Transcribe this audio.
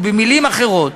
במילים אחרות,